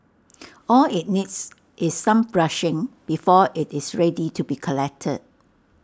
all IT needs is some brushing before IT is ready to be collected